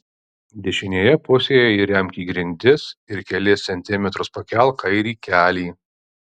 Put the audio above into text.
dešinėje pusėje įremk į grindis ir kelis centimetrus pakelk kairį kelį